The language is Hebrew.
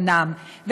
אומנם,